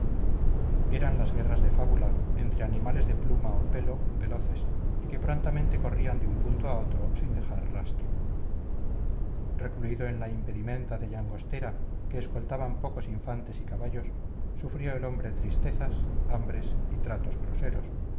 eran las guerras de fábula entre animales de pluma o pelo veloces y que prontamente corrían de un punto a otro sin dejar rastro recluido en la impedimenta de llangostena que escoltaban pocos infantes y caballos sufrió el hombre tristezas hambres y tratos groseros